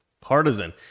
Partisan